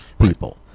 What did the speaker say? people